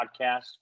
podcast